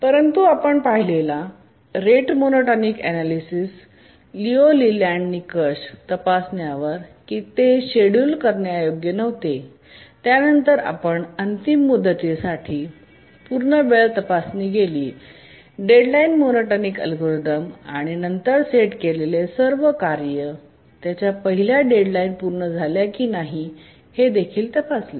परंतु आपण पाहिलेला रेट मोनोटोनिक ऐनालीसिसचा लियू लेलँड निकष तपासण्यावर की ते शेड्यूल करण्यायोग्य नव्हते आणि त्यानंतर आपण अंतिम मुदती साठी पूर्ण वेळ तपासणी केली डेडलाइन मोनोटॉनिक अल्गोरिदम आणि नंतर सेट केलेले सर्व कार्य त्यांच्या पहिल्या डेडलाइन पूर्ण झाल्या की नाही हे देखील तपासले